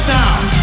now